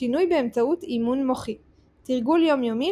שינוי באמצעות אימון מוחי תרגול יומיומי